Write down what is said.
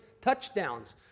touchdowns